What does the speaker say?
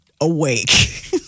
awake